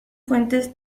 fuentes